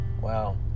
Wow